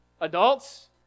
adults